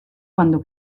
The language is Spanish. cuando